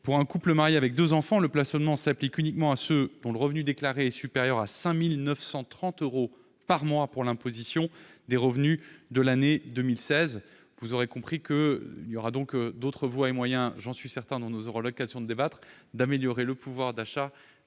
Pour un couple marié avec deux enfants, le plafonnement s'applique uniquement à ceux dont le revenu déclaré est supérieur à 5 930 euros par mois pour l'imposition des revenus de l'année 2016. Vous l'aurez compris, il y aura d'autres voies et moyens- nous aurons l'occasion d'en débattre -pour améliorer le pouvoir d'achat